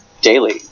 daily